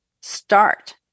start